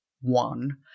one